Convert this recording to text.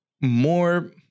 more